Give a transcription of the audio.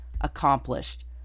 accomplished